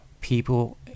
people